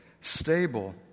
stable